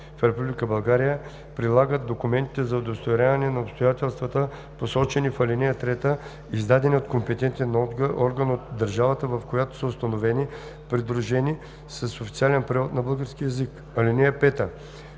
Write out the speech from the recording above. България, прилагат документи за удостоверяване на обстоятелствата, посочени в ал. 3, издадени от компетентен орган от държавата, в която са установени, придружени с официален превод на български език. (5)